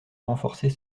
renforcer